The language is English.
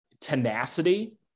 tenacity